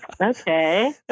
Okay